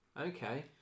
Okay